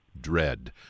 dread